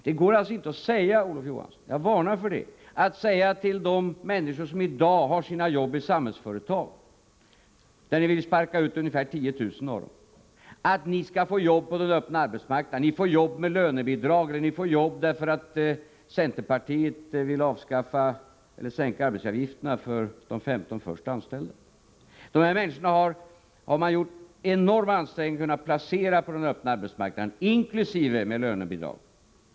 Det går alltså inte — jag varnar för det, Olof Johansson — att säga till de människor som i dag har sina jobb i Samhällsföretag, där ni vill sparka ut ungefär 10 000 personer: Ni kommer att få jobb på den öppna arbetsmarknaden, få jobb med lönebidrag, få jobb därför att centerpartiet vill sänka arbetsgivaravgifterna för de 15 först anställda. Det har gjorts enorma ansträngningar för att placera människorna i Samhällsföretag på den öppna arbetsmarknaden — inkl. anställning med lönebidrag.